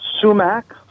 sumac